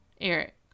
Eric